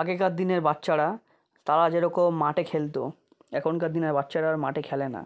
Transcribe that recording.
আগেকার দিনের বাচ্চারা তারা যেরকম মাঠে খেলতো এখনকার দিনের বাচ্চারা আর মাঠে খেলে না